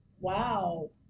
wow